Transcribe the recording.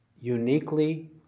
uniquely